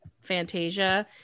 Fantasia